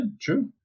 true